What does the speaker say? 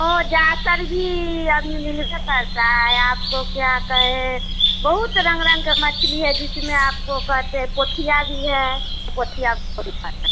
औ जाकर भी अभी मिलकर पड़ता है आपको क्या कहें बहुत रंग रंग का मछली हैं जिसमें आपको कहते हैं पोथिया भी है पोथिया